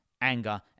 anger